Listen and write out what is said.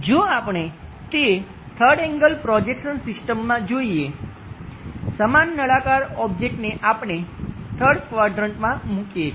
જો આપણે તે 3rd એન્ગલ પ્રોજેક્શન સિસ્ટમમાં જોઈએ સમાન નળાકાર ઓબ્જેક્ટને આપણે 3rd ક્વાડ્રંટમાં મૂકીએ છીએ